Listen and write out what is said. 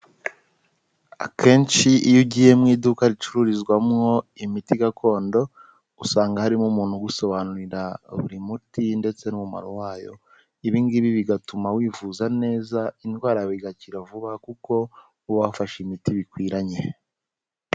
Akenshi iyo ugiye mu iduka ricururizwamo imiti gakondo, usanga harimo umuntu ugusobanurira buri muti ndetse n'umumaro wayo, ibingibi bigatuma wivuza neza indwara yawe igakira vuba kuko uba wafashe imiti bikwiranye.